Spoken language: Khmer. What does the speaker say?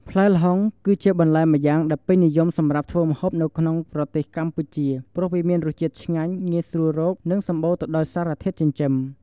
ផ្លែល្ហុង គឺជាបន្លែម្យ៉ាងដែលពេញនិយមសម្រាប់ធ្វើម្ហូបនៅក្នុងប្រទេសកម្ពុជា ព្រោះវាមានរសជាតិឆ្ងាញ់ ងាយស្រួលរក និងសម្បូរទៅដោយសារធាតុចិញ្ចឹម។